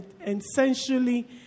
essentially